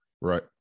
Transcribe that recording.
right